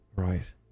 right